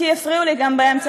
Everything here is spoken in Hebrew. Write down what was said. כי הפריעו לי גם באמצע,